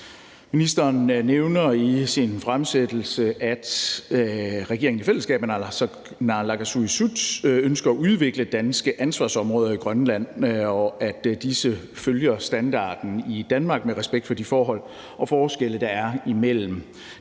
Ministeren nævner i sin fremsættelse, at regeringen i fællesskab med naalakkersuisut ønsker at udvikle danske ansvarsområder i Grønland, og at disse følger standarden i Danmark med respekt for de forhold og forskelle, der er imellem